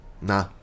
Nah